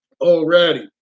already